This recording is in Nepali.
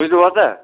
बुझ्नुभयो त